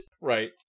Right